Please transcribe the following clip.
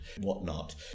whatnot